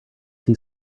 see